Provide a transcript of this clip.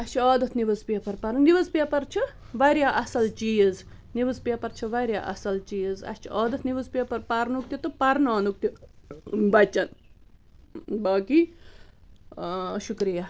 اَسہِ چھُ عادتھ نِوٕز پیپر پرُن نِوٕز پیپر چھُ واریاہ اَصٕل چیٖز نِوٕز پیپر چھُ واریاہ اَصٕل چیٖز اَسہِ چھُ عادتھ نِوٕز پیپر پرنُک تہِ تہٕ پرناونُک بَچن باقی شُکرِیہ